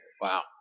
Wow